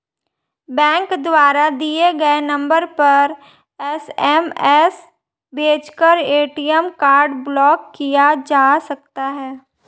bank द्वारा दिए गए नंबर पर एस.एम.एस भेजकर ए.टी.एम कार्ड ब्लॉक किया जा सकता है